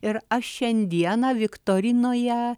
ir aš šiandieną viktorinoje